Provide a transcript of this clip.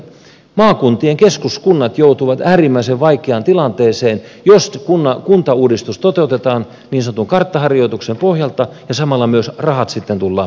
maakuntien keskuskunnat joutuvat äärimmäisen vaikeaan tilanteeseen jos kuntauudistus toteutetaan niin sanotun karttaharjoituksen pohjalta ja samalla myös rahat tullaan viemään